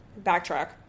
backtrack